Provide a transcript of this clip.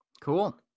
cool